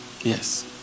Yes